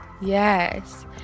Yes